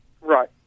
Right